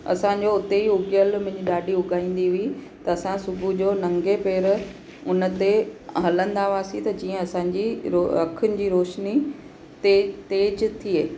असांजो उते ई उगियल मुंहिंजी ॾाॾी उगाईंदी हुई त असां सुबुह जो नंगे पैर उन ते हलंदा हुआसीं त जीअं असांजी रो अखियुनि जी रौशनी ते तेज़ थिए